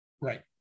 Right